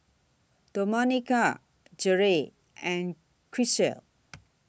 Domenica Jerel and Grisel